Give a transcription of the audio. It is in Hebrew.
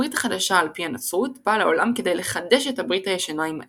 הברית החדשה על-פי הנצרות באה לעולם כדי לחדש את הברית הישנה עם האל.